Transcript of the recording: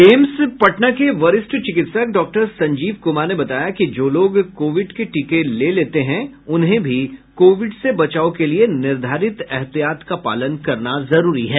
AIIMS Patna के वरिष्ठ चिकित्सक डॉक्टर संजीव कुमार ने बताया कि जो लोग कोविड के टीके ले लेते हैं उन्हें भी कोविड से बचाव के लिये निर्धारित एहतियात का पालन करना जरूरी है